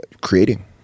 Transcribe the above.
creating